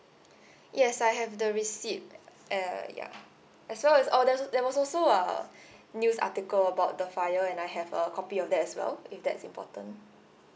yes I have the receipt uh ya uh so there's there was also a news article about the fire and I have a copy of that as well if that's important